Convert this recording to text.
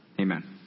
Amen